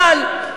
אבל,